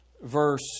Verse